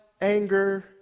anger